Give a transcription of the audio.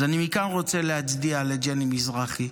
אז מכאן אני רוצה להצדיע לג'ני מזרחי,